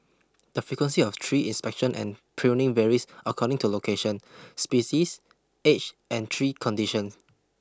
the frequency of tree inspection and pruning varies according to location species age and tree condition